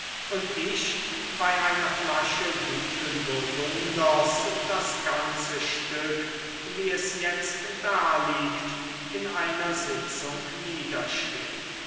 und ich bei einer flasche guten burgunders das ganze stück wie es jetzt daliegt in einer sitzung